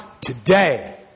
today